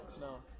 No